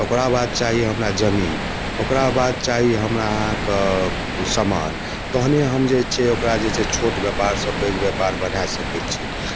ओकरा बाद चाही ओकरा जमीन ओकरा बाद चाही हमरा अहाँके सामान तहने हम जे छै ओकरा जे छै छोट व्यापारसँ पैघ व्यापार बना सकै छी